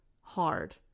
hard